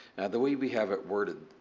the way we have it worded,